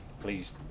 please